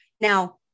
Now